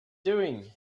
doing